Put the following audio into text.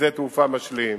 שדה תעופה משלים.